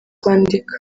kwandika